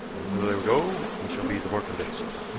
and the further we go we shall be the more convinced,